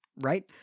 right